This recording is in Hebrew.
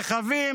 רכבים,